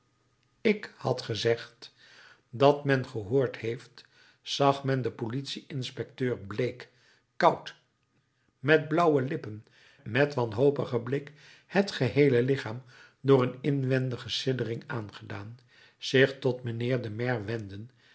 ik had gezegd dat men gehoord heeft zag men den politie inspecteur bleek koud met blauwe lippen met wanhopigen blik het geheele lichaam door een inwendige siddering aangedaan zich tot mijnheer den